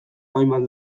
hainbat